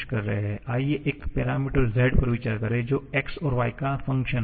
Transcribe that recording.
आइए एक parameter z पर विचार करें जो x और y का फंक्शन है